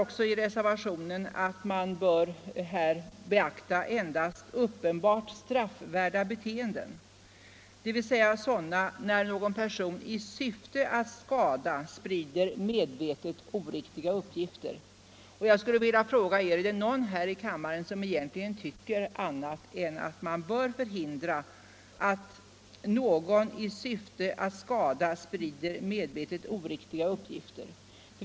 Reservanten framhåller också att man bör beakta endast uppenbart straffvärda beteenden, dvs. sådana som att en person i syfte att skada sprider medvetet oriktiga uppgifter. Jag skulle vilja fråga er: Är det någon miskt förtal här i kammaren som egentligen tycker annat än att man bör förhindra att någon i syfte att skada sprider medvetet oriktiga uppgifter?